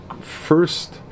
first